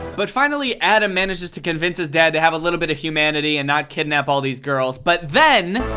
but finally adam manages to convince his dad to have a little bit of humanity and not kidnap all these girls, but then!